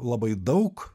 labai daug